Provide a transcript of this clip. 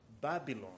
Babylon